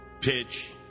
pitch